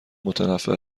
متنفر